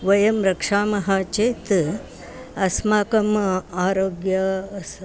वयं रक्षामः चेत् अस्माकम् आरोग्यम्